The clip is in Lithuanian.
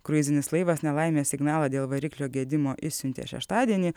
kruizinis laivas nelaimės signalą dėl variklio gedimo išsiuntė šeštadienį